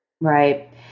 Right